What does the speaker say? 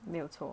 没有错